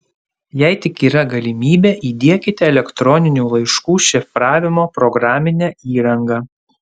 jei tik yra galimybė įdiekite elektroninių laiškų šifravimo programinę įrangą